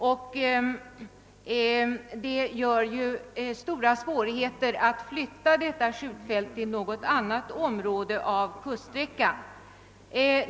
Detta gör att det föreligger stora svårigheter att flytta detta skjutfält till någon annan del av kuststräckan.